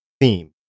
theme